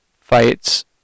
fights